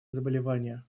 заболевания